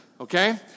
Okay